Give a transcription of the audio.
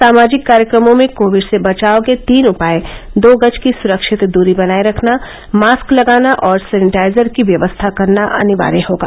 सामाजिक कार्यक्रमों में कोविड से बचाव के तीन उपाय दो गज की सुरक्षित दूरी बनाए रखना मास्क लगाना और सैनेटाइजर की व्यवस्था करना अनिवार्य होगा